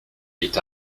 est